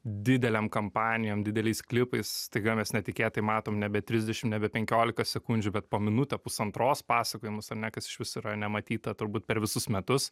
didelėm kampanijom dideliais klipais staiga mes netikėtai matom nebe trisdešim nebe penkiolikos sekundžių bet po minutę pusantros pasakojimus ar ne kas išvis yra nematyta turbūt per visus metus